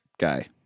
guy